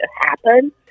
happen